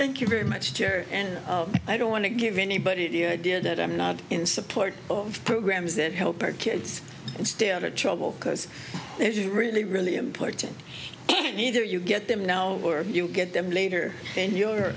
thank you very much and i don't want to give anybody the idea that i'm not in support of programs that help our kids stay out of trouble because there's really really important neither you get them now or you'll get them later in your